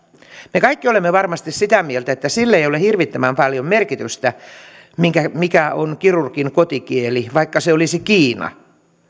me kaikki olemme varmasti sitä mieltä että sillä ei ole hirvittävän paljon merkitystä mikä mikä on kirurgin kotikieli vaikka se olisi kiina